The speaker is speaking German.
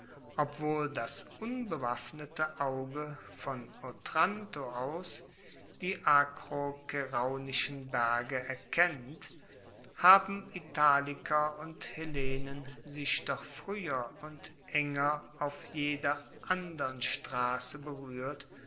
obwohl das unbewaffnete auge von otranto aus die akrokeraunischen berge erkennt haben italiker und hellenen sich doch frueher und enger auf jeder andern strasse beruehrt